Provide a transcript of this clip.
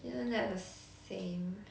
isn't that the same